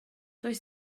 doedd